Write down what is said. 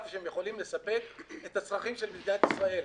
שהם יכולים לספק את הצרכים של מדינת ישראל.